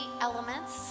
elements